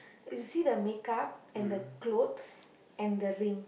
you see the make up and the clothes and the ring